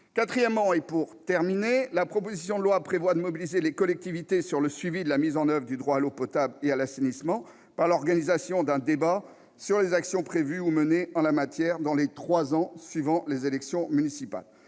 nationale. Enfin, la proposition de loi prévoit de mobiliser les collectivités sur le suivi de la mise en oeuvre du droit à l'eau potable et à l'assainissement par l'organisation d'un débat sur les actions prévues ou menées en la matière dans les trois ans suivant les élections municipales.